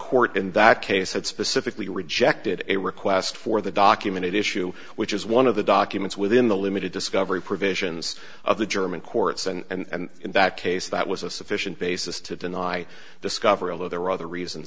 court in that case had specifically rejected a request for the document issue which is one of the documents within the limited discovery provisions of the german courts and in that case that was a sufficient basis to deny discovery although there were other reasons